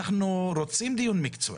אנחנו רוצים דיון מקצועי,